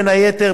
בין היתר,